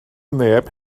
neb